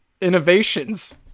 innovations